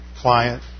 client